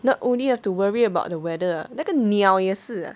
not only have to worry about the weather 那个鸟也是 ah